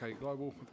Global